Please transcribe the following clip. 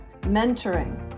mentoring